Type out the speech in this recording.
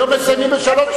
היום מסיימים ב-15:00,